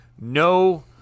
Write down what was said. no